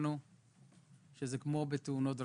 שזה כמו בתאונות דרכים,